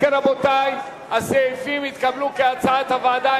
רבותי, הסעיפים התקבלו כהצעת הוועדה.